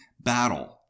battle